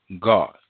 God